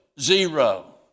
Zero